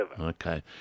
Okay